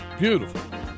beautiful